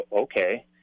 okay